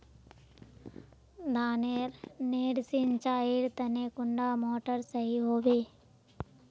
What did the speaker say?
धानेर नेर सिंचाईर तने कुंडा मोटर सही होबे?